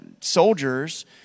soldiers